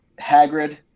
Hagrid